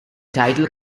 title